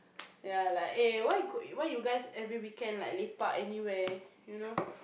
ya like eh why why you guys every weekend like lepak anywhere you know